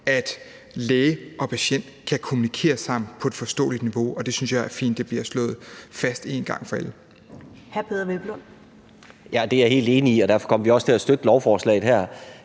at læge og patient kan kommunikere sammen på et forståeligt niveau. Det synes jeg er fint bliver slået fast en gang for alle.